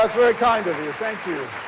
very kind of you. thank you.